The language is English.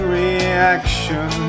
reaction